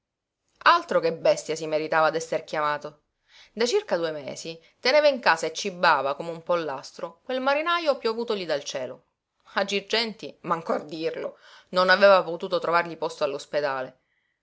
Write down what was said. altro che bestia si meritava d'esser chiamato da circa due mesi teneva in casa e cibava come un pollastro quel marinaio piovutogli dal cielo a girgenti manco a dirlo non aveva potuto trovargli posto